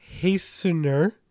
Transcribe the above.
Hastener